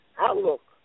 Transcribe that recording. outlook